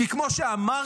כי כמו שאמרת,